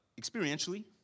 experientially